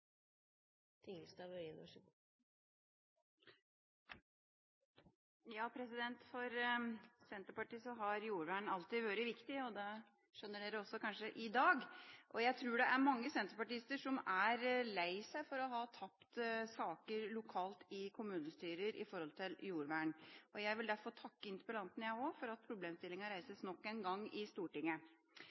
oss i Stortinget og klare å stoppe det ønsket regjeringen har om å liberalisere den politikken. For Senterpartiet har jordvern alltid vært viktig, og det skjønner man kanskje også i dag. Jeg tror det er mange senterpartister som er lei seg for å ha tapt saker lokalt i kommunestyrer når det gjelder jordvern. Jeg vil derfor også takke interpellanten for at problemstillinga nok en gang reises i Stortinget